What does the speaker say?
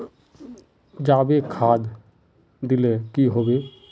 जाबे खाद दिले की होबे?